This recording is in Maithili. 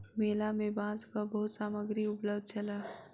मेला में बांसक बहुत सामग्री उपलब्ध छल